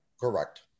Correct